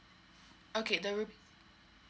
okay the rep~